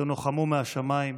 תנוחמו מהשמיים.